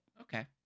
Okay